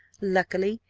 luckily,